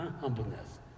humbleness